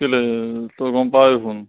কেলৈ তই গম পাৱই দেখোন